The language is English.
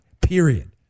period